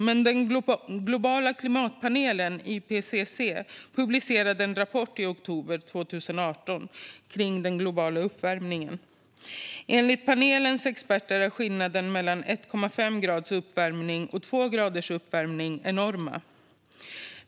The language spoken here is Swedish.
Men den globala klimatpanelen, IPCC, publicerade en rapport i oktober 2018 kring den globala uppvärmningen. Enligt panelens experter är skillnaden mellan 1,5 graders uppvärmning och 2 graders uppvärmning enorm.